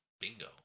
Bingo